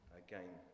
again